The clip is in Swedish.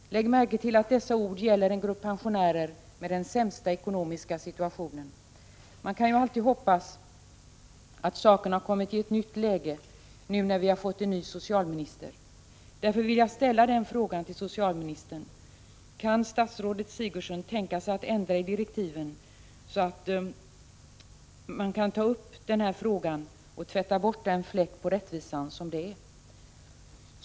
Lägg märke till att dessa ord gäller den grupp pensionärer som har den sämsta ekonomiska situationen. Man kan ju alltid hoppas att saken har kommit i ett nytt läge nu när vi har fått en ny socialminister. Därför vill jag ställa en fråga till socialministern: Kan statsrådet Sigurdsen tänka sig att ändra i direktiven så att denna fråga tas upp, och så att man kan tvätta bort den fläck på rättvisan som denna fråga utgör?